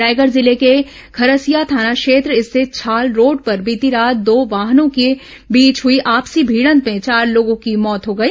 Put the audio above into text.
रायगढ़ जिले के खरसिया थाना क्षेत्र स्थित छाल रोड पर बीती रात दो वाहनों की बीच हुई आपसी भिडंत में चार लोगों की मौत हो गई